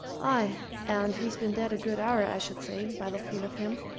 aye, and he's been dead a good hour, i should say, by the feel of him!